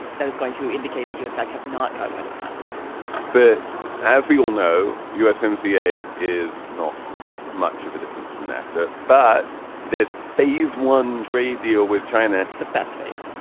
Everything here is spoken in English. that is going to indicate that you, in fact, have not gotten rid of nafta but as we all know, usmc a is not much of a difference from nafta. but this phase one trade deal with china, the best phase.